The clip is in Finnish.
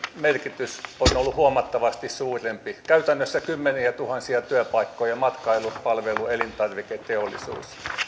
merkitys on ollut huomattavasti suurempi käytännössä kymmeniätuhansia työpaikkoja matkailu palvelu ja elintarviketeollisuudessa